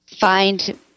find